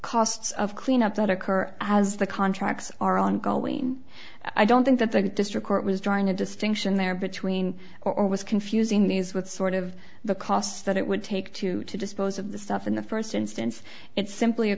costs of cleanup that occur as the contracts are ongoing i don't think that the district court was drawing a distinction there between or was confusing these with sort of the costs that it would take to to dispose of the stuff in the first instance it's simply a